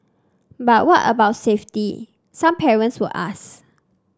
but what about safety some parents would ask